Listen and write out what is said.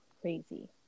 Crazy